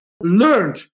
learned